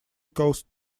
caused